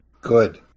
Good